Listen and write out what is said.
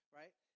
right